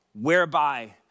whereby